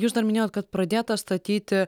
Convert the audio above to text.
jūs dar minėjot kad pradėtas statyti